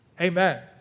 Amen